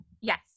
Yes